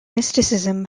mysticism